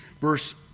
Verse